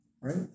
Right